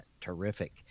terrific